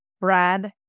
Brad